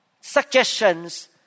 suggestions